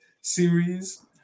Series